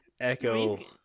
Echo